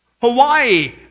Hawaii